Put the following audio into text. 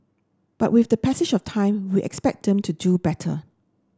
but with the passage of time we expect them to do better